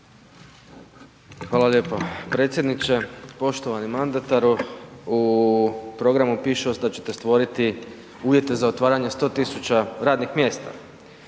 Hvala lijepo. Predsjedniče, poštovani mandataru. U programu piše … stvoriti uvjete za otvaranje 100.000 radnih mjesta,